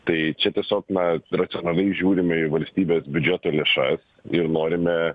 tai čia tiesiog na racionaliai žiūrime į valstybės biudžeto lėšas ir norime